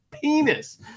penis